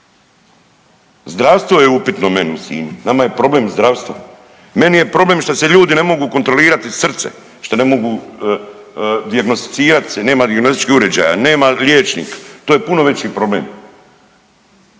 Zdravstveno je upitno meni u Sinju, nama je problem zdravstvo. Meni je problem što se ljudi ne mogu kontrolirati srce, što ne mogu dijagnosticirat se, nema dijagnostičkih uređaja, nema liječnik to je puno veći problem.